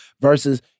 versus